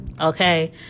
okay